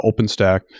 OpenStack